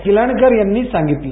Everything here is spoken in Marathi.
गिलाणकर यांनी सांगितले